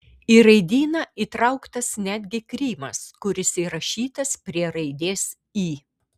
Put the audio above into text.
į raidyną įtrauktas netgi krymas kuris įrašytas prie raidės y